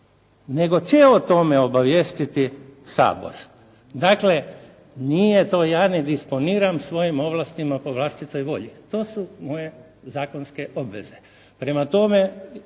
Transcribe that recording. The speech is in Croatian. nego će o tome obavijestiti Sabor. Dakle, nije to, ja ne disponiram svojim ovlastima po vlastitoj volji. To su moje zakonske obveze.